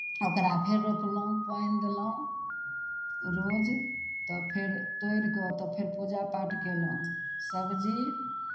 ओकरा फेर रोपलौँ पाइन देलौँ रोज तऽ फेर तोड़ि कऽ तऽ फेर पूजा पाठ कयलहुँ सबजी